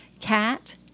cat